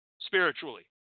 spiritually